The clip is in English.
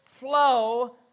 flow